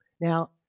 Now